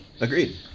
Agreed